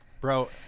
Bro